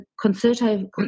Concerto